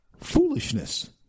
foolishness